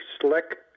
slick